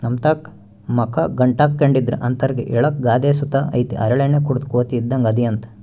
ನಮ್ತಾಕ ಮಕ ಗಂಟಾಕ್ಕೆಂಡಿದ್ರ ಅಂತರ್ಗೆ ಹೇಳಾಕ ಗಾದೆ ಸುತ ಐತೆ ಹರಳೆಣ್ಣೆ ಕುಡುದ್ ಕೋತಿ ಇದ್ದಂಗ್ ಅದಿಯಂತ